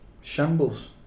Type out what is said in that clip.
Shambles